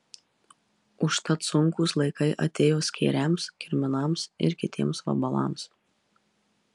užtat sunkūs laikai atėjo skėriams kirminams ir kitiems vabalams